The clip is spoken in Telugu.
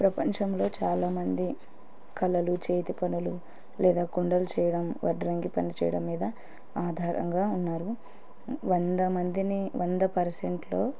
ప్రపంచంలో చాలామంది కళలు చేతి పనులు లేదా కుండలు చేయడం వడ్రంగి పని చేయడం మీద ఆధారంగా ఉన్నారు వంద మందిని వంద పర్సెంట్లో